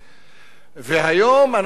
היום אנחנו מגיעים,